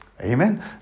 Amen